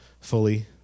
fully